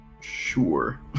Sure